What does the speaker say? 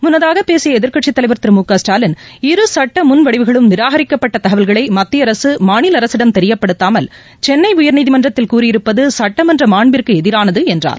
முன்னதாகபேசியஎதிர்க்கட்சித் தலைவர் ஸ்டாலின் மு க திரு இரு சட்டமுன்வடவுகளும் நிராகரிக்கப்பட்டதகவல்களைமத்தியஅரசுமாநிலஅரசிடம் தெரியப்படுத்தாமல் சென்னைஉயர்நீதிமன்றத்தில் கூறியிருப்பதுசட்டமன்றமாண்பிற்குஎதிரானதுஎன்றார்